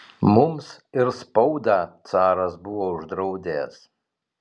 mums ir spaudą caras buvo uždraudęs